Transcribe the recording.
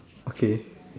okay